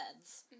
beds